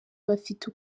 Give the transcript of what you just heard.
bafite